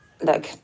look